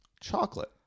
Chocolate